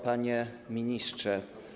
Panie Ministrze!